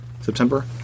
September